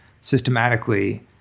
systematically